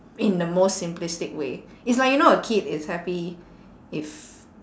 in the most simplistic way it's like you know a kid is happy if